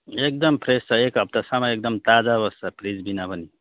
एकदम फ्रेस छ एक हप्तासम्म एकदम ताजा बस्छ फ्रिज बिना पनि